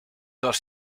dos